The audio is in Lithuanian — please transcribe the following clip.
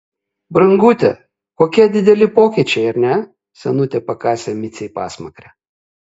brangute kokie dideli pokyčiai ar ne senutė pakasė micei pasmakrę